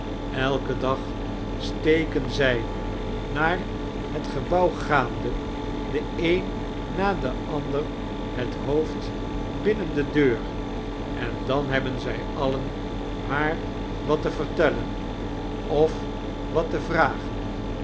elken dag steken zij naar het gebouw gaande de een na den ander het hoofd binnen de deur en dan hebben zij alien haar wat te vertellen of wat te vragen